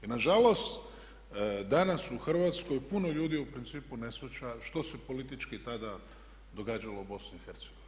Nažalost, danas u Hrvatskoj puno ljudi u principu ne shvaća što se politički tada događalo u BiH.